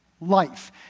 life